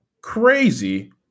crazy